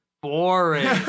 Boring